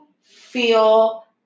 feel